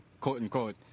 quote-unquote